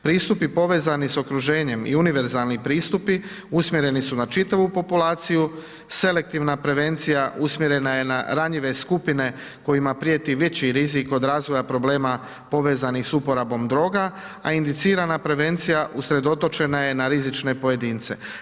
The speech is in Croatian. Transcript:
Pristupi povezani s okruženjem i univerzalni pristupi, usmjereni su na čitavu populaciju, selektivna prevencija, usmjerena je na ranjive skupine, kojima prijeti, veći rizik, od razvoja problema povezanih s uporabom droga, a indicirana prevencija usredotočena je na rizične pojedince.